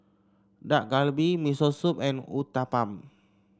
Dak Galbi Miso Soup and Uthapam